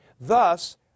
thus